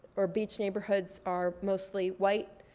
or beach neighborhoods, are mostly white.